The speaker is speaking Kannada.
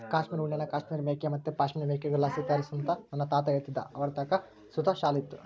ಕಾಶ್ಮೀರ್ ಉಣ್ಣೆನ ಕಾಶ್ಮೀರ್ ಮೇಕೆ ಮತ್ತೆ ಪಶ್ಮಿನಾ ಮೇಕೆಗುಳ್ಳಾಸಿ ತಯಾರಿಸ್ತಾರಂತ ನನ್ನ ತಾತ ಹೇಳ್ತಿದ್ದ ಅವರತಾಕ ಸುತ ಶಾಲು ಇತ್ತು